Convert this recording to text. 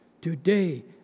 today